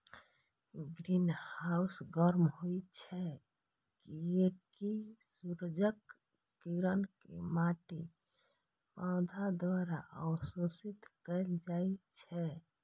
greenhouse गर्म होइ छै, कियैकि सूर्यक किरण कें माटि, पौधा द्वारा अवशोषित कैल जाइ छै